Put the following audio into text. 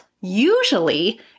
Usually